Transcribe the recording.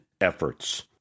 efforts